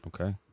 okay